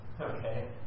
Okay